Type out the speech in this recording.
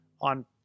on